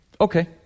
okay